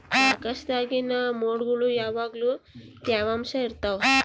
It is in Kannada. ಆಕಾಶ್ದಾಗಿನ ಮೊಡ್ಗುಳು ಯಾವಗ್ಲು ತ್ಯವಾಂಶ ಇರ್ತವ